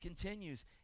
continues